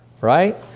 Right